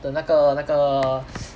的那个那个